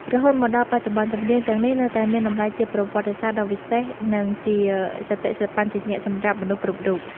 រហូតមកដល់បច្ចុប្បន្ន ចម្រៀងទាំងនេះនៅតែមានតម្លៃជាប្រវត្តិសាស្ត្រដ៏វិសេស និងជាសតិសម្បជញ្ញៈសម្រាប់មនុស្សគ្រប់រូប។